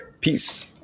Peace